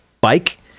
Bike